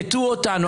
הטעו אותנו.